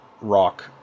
rock